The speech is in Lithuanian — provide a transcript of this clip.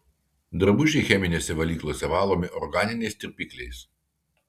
drabužiai cheminėse valyklose valomi organiniais tirpikliais